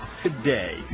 today